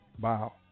wow